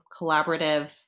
collaborative